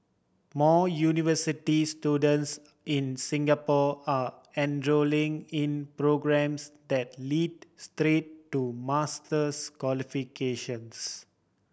more university students in Singapore are enrolling in programmes that lead straight to master's qualifications